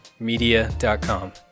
media.com